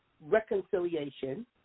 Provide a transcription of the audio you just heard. reconciliation